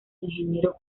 ingeniero